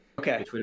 Okay